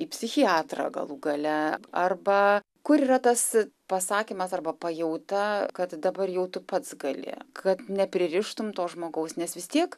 į psichiatrą galų gale arba kur yra tas pasakymas arba pajauta kad dabar jau tu pats gali kad nepririštum to žmogaus nes vis tiek